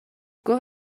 گفت